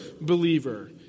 believer